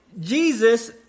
Jesus